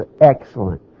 excellent